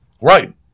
Right